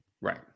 Right